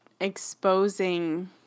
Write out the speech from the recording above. exposing